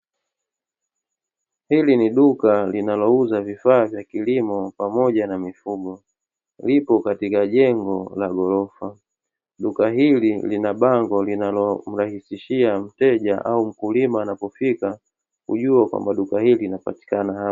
Hili ni duka linalouza vifaa vya kilimo pamoja na mifugo, lipo katika jengo la ghorofa. Duka hili lina bango linalo mrahisishia mteja au mkulima anapofika kujua kwamba duka hili linapatikana hapo.